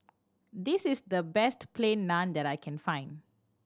this is the best Plain Naan that I can find